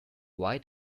why